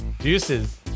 juices